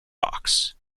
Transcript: box